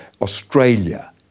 Australia